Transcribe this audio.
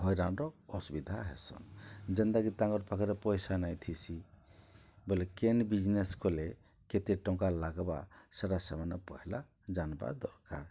ହଇରାଣ୍ର ଅସୁବିଧା ହେସନ୍ ଯେନ୍ତାକି ତାଙ୍କର୍ ପାଖରେ ପଏସା ନାଇଁଥିସି ବଏଲେ କେନ୍ ବିଜ୍ନେସ୍ କଲେ କେତେ ଟଙ୍କା ଲାଗ୍ବା ସେଟା ସେମାନେ ପହେଲା ଜାନ୍ବାର୍ ଦର୍କାର୍